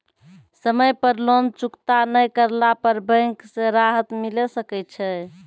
समय पर लोन चुकता नैय करला पर बैंक से राहत मिले सकय छै?